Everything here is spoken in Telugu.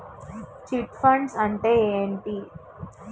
చిట్ ఫండ్ అంటే ఏంటి?